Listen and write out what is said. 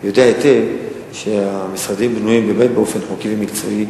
הוא יודע היטב שהמשרדים בנויים באמת באופן חוקי ומקצועי,